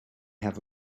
have